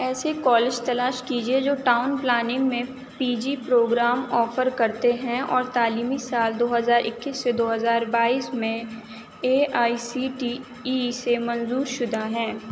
ایسے کالج تلاش کیجیے جو ٹاؤن پلاننگ میں پی جی پروگرام آفر کرتے ہیں اور تعلیمی سال دو ہزار اکیس سے دو ہزار بائیس میں A I C T E سے منظور شدہ ہیں